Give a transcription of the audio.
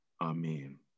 Amen